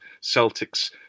Celtic's